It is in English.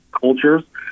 cultures